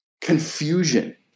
confusion